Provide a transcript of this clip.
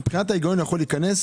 מבחינת ההיגיון הוא יכול לבוא,